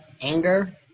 Anger